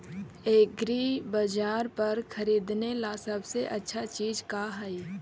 एग्रीबाजार पर खरीदने ला सबसे अच्छा चीज का हई?